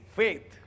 faith